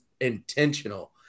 intentional